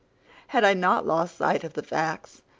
had i not lost sight of the facts,